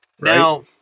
Now